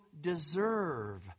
deserve